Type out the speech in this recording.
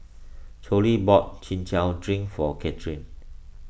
Chloie bought Chin Chow Drink for Kathryne